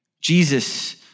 Jesus